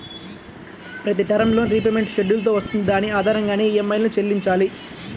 ప్రతి term loan repayment schedule తో వస్తుంది దాని ఆధారంగానే ఈఎంఐలను చెల్లించాలి